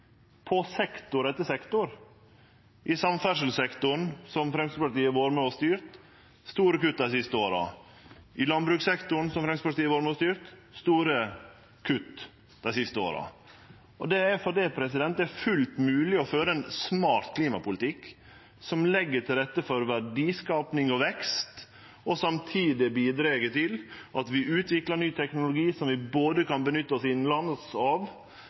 sektor etter sektor. I samferdselssektoren, som Framstegspartiet har vore med på å styre, har det vore store kutt dei siste åra. I landbrukssektoren, som Framstegspartiet har vore med på å styre, har det vore store kutt dei siste åra. Det er fordi det er fullt mogleg å føre ein smart klimapolitikk som legg til rette for verdiskaping og vekst, og som samtidig bidreg til at vi utviklar ny teknologi som vi kan både nytte oss av innanlands